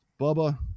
Bubba